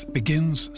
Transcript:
begins